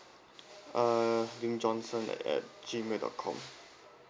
oh lim johnson at G mail dot com